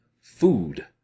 food